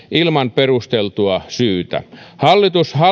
ilman perusteltua syytä hallitus